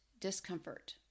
discomfort